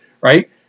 Right